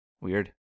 Weird